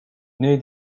need